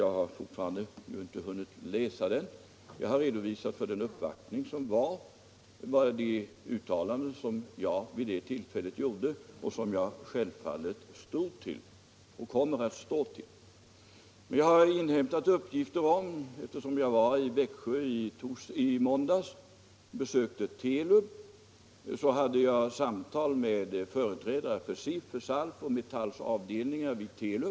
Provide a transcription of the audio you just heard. Jag har ännu inte hunnit läsa den, men jag har redovisat för den uppvaktning som gjorts och mina uttalanden vid det tillfället, uttalanden som jag självfallet står för och kommer att stå för. Och när jag var I Växjö I måndags och besökte Telub AB, så hade jag också ett samtal med företrädare för SIF, SALF och Metalls avdelning vid företaget.